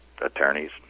attorneys